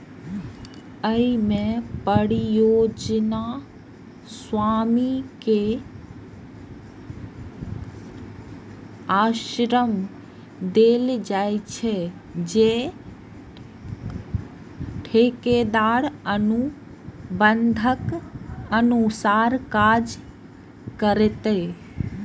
अय मे परियोजना स्वामी कें आश्वासन देल जाइ छै, जे ठेकेदार अनुबंधक अनुसार काज करतै